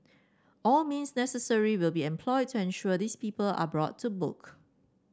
all means necessary will be employed to ensure these people are brought to book